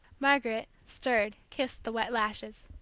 margaret, stirred, kissed the wet lashes.